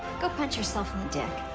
go punch yourself in the dick.